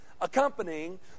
accompanying